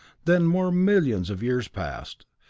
then more millions of years passed,